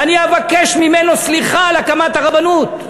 ואני אבקש ממנו סליחה על הקמת הרבנות.